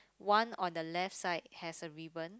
one on the left side has a ribbon